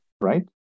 right